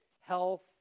health